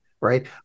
right